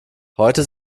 heute